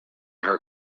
her